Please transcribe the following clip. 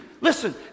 Listen